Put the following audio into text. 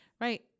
Right